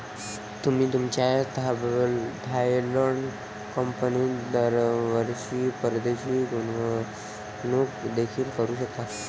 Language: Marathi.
तुम्ही तुमच्या थायलंड कंपनीत दरवर्षी परदेशी गुंतवणूक देखील करू शकता